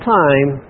time